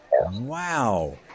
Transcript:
Wow